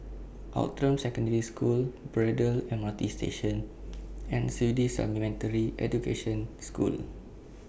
Outram Secondary School Braddell M R T Station and Swedish Supplementary Education School